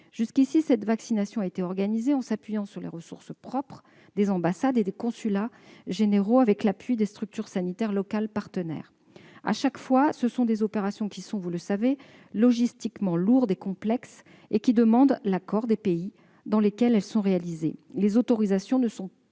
Jusqu'ici, cette vaccination a été organisée en s'appuyant sur les ressources propres des ambassades et des consulats généraux, avec l'appui de structures sanitaires locales partenaires. Comme vous le savez, il s'agit d'opérations logistiquement lourdes et complexes, qui supposent l'accord des pays dans lesquels elles sont réalisées. Les autorisations ne sont